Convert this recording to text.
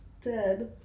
Dead